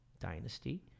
Dynasty